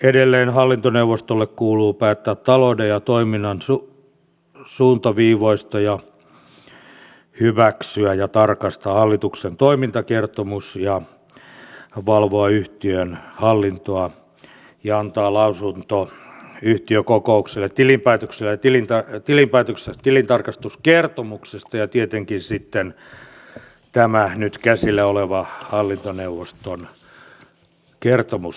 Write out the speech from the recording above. edelleen hallintoneuvostolle kuuluu päättää talouden ja toiminnan suuntaviivoista hyväksyä ja tarkastaa hallituksen toimintakertomus valvoa yhtiön hallintoa ja antaa lausunto yhtiökokoukselle tilintarkastuskertomuksesta ja tietenkin sitten tämä nyt käsillä oleva hallintoneuvoston kertomus